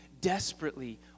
desperately